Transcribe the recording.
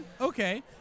okay